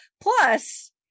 plus